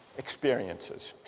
experiences